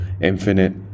infinite